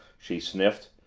she sniffed,